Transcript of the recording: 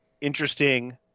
interesting